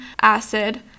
acid